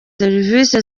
serivisi